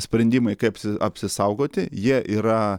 sprendimai kaip apsisaugoti jie yra